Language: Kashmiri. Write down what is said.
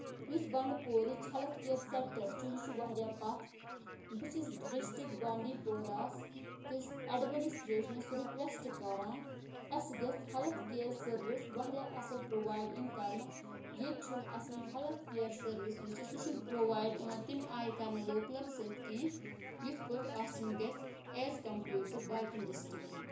یُس بَنڈپورِچ ہیلتھ کِیر سیکٹر چھُ یہِ چھُ واریاہ پَتھ بہٕ چھَس ڈِسٹرک بانڈِپوراہَس کِس ایڈمِنِٹریشنَس رِکویسٹ کران اَسہِ گژھِ ہیلٕتھ کِیر سٔروِس واریاہ اَصٕل پروایڈ یِنۍ کرنہٕ ییٚتہِ چھُنہٕ اسہِ وٕنہِ ہیلٕتھ کِیر سٔروِس یُس چھُ سُہ چھُنہٕ پروایڈ یِوان تَمہِ آیہِ کرنہٕ لوکلَن سۭتۍ کیٚنہہ یِتھ پٲٹھۍ آسٕنۍ گژھِ ایز کَمپیٲڈ ٹُو باقین ڈِسٹرکن